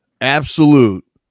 absolute